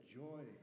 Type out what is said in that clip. joy